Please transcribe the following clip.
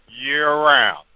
year-round